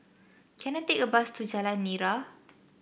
can I take a bus to Jalan Nira